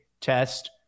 test